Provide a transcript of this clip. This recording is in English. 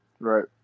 Right